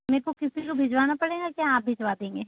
मेरे को किसी को भिजवाना पड़ेगा कि आप भिजवा देंगे